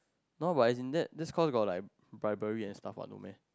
now about isn't that that calls got like biblely and stuff what no meh